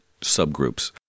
subgroups